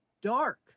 dark